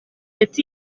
ati